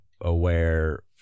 aware